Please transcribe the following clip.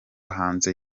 hanze